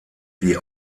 die